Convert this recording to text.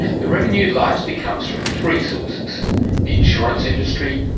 the revenue largely comes from three sources the insurance industry,